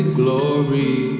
glory